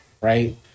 right